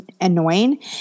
annoying